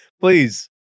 Please